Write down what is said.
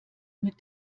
mit